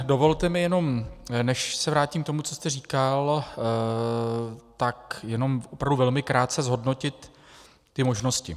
Dovolte mi jenom, než se vrátím k tomu, co jste říkal, tak jenom opravdu velmi krátce zhodnotit ty možnosti.